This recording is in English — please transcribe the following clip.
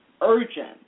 urgent